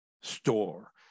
store